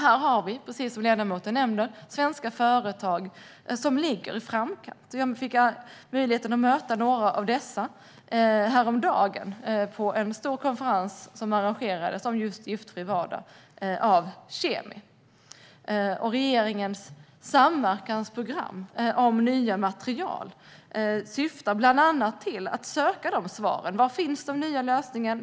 Här har vi, precis som ledamoten nämner, svenska företag som ligger i framkant. Jag fick möjligheten att möta några av dessa häromdagen på en stor konferens som arrangerades av Kemikalieinspektionens Giftfri vardag. Regeringens samverkansprogram om nya material syftar bland annat till att söka de svaren. Var finns de nya lösningarna?